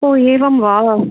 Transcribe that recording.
ओ एवं वा